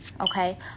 okay